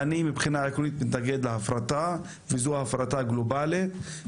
אני מבחינה עקרונית מתנגד להפרטה וזו הפרטה גלובלית.